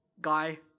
guy